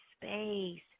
space